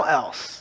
else